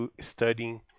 studying